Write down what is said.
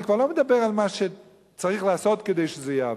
אני כבר לא מדבר על מה שצריך לעשות כדי שזה יעבור.